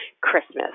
Christmas